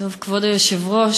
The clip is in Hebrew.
כבוד היושב-ראש,